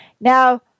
Now